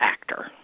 actor